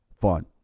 fun